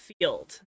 field